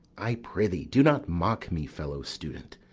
i prithee do not mock me, fellow-student.